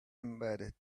embedded